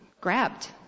grabbed